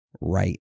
right